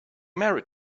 married